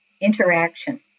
interaction